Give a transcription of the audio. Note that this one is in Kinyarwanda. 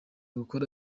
gukora